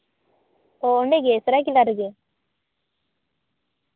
ᱚᱸᱻ ᱚᱸᱰᱮ ᱜᱮ ᱥᱚᱨᱟᱭᱠᱮᱞᱞᱟ ᱨᱮᱜᱮ